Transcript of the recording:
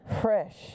Fresh